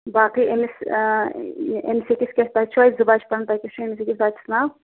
باقٕے أمِس أمِس أکِس کیٛاہ تۅہہِ چھِو اَتہِ زٕ بَچہٕ پانہٕ تۅہہِ کیٛاہ چھُ أمِس أکِس بَچَس ناو